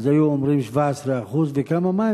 אז היו אומרים: 17%. וכמה מים?